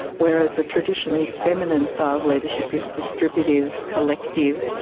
whereas the traditionally feminine style of leadership is distributive, collective,